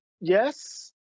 Yes